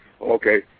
okay